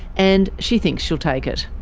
and she thinks she'll take it.